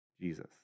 jesus